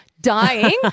dying